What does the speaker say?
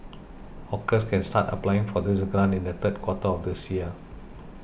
hawkers can start applying for this grant in the third quarter of this year